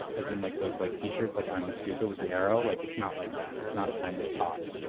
as in like those like t-shirts, like i'm with stupid with the arrow. like it's not like that. it's not i'm with pod.